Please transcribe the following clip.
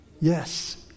Yes